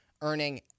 earning